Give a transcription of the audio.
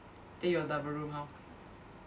then your double room how